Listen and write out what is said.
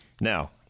Now